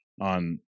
on